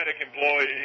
employee